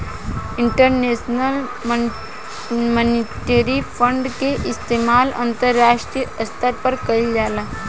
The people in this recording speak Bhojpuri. इंटरनेशनल मॉनिटरी फंड के इस्तमाल अंतरराष्ट्रीय स्तर पर कईल जाला